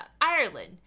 Ireland